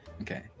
Okay